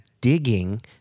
digging